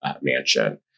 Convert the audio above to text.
mansion